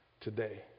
today